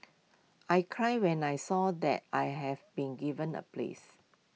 I cried when I saw that I had been given A place